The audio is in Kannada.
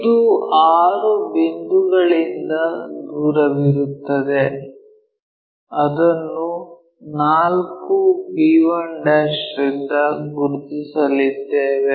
ಇದು 6 ಬಿಂದುಗಳಿಂದ ದೂರವಿರುತ್ತದೆ ಅದನ್ನು 4 b1' ರಿಂದ ಗುರುತಿಸಲಿದ್ದೇವೆ